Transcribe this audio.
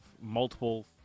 multiple